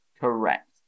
correct